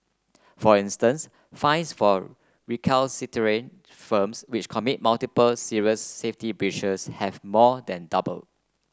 for instance fines for recalcitrant firms which commit multiple serious safety breaches have more than doubled